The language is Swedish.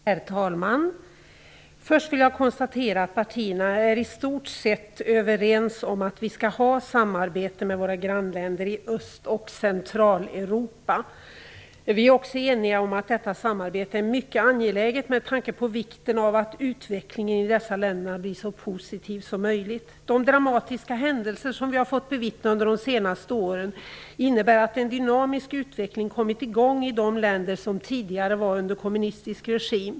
Herr talman! Först vill jag konstatera att partierna är i stort sett överens om att vi skall ha samarbete med våra grannländer i Öst och Centraleuropa. Vi är också eniga om att detta samarbete är mycket angeläget med tanke på vikten av att utvecklingen i dessa länder blir så positiv som möjligt. De dramatiska händelser som vi fått bevittna under de senaste åren innebär att en dynamisk utveckling kommit i gång i de länder som tidigare var under kommunistisk regim.